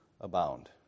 abound